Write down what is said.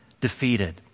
defeated